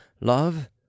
love